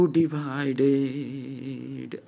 divided